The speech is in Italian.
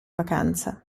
vacanza